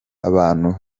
abantu